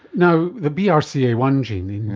now, the b r c a one gene,